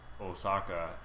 osaka